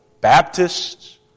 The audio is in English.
Baptists